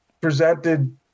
presented